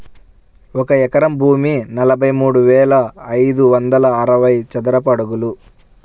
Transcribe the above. ఒక ఎకరం భూమి నలభై మూడు వేల ఐదు వందల అరవై చదరపు అడుగులు